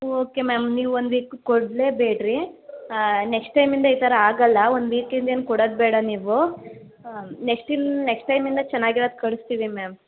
okay ma'am ನೀವು ಒಂದು week ಕೊಡಲೇ ಬೇಡ್ರಿ ನೆಕ್ಸ್ಟ್ ಟೈಮ್ಯಿಂದ ಈ ಥರ ಆಗೋಲ್ಲಾ ಒಂದು ವೀಕಿಂದೇನ್ ಕೊಡೋದು ಬೇಡ ನೀವು ಹಾಂ ನೆಕ್ಸ್ಟ್ ಟೈಮ್ಯಿಂದ ಚೆನ್ನಾಗಿರೋದ್ ಕಳಿಸ್ತೀವಿ ಮ್ಯಾಮ್